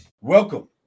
Welcome